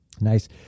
Nice